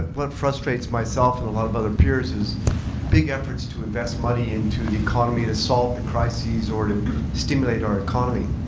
what frustrates myself and a lot of other peers is big efforts to invest money into the economy to solve the crises or to stimulate our economy.